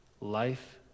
life